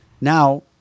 Now